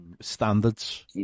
Standards